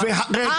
אני מדבר.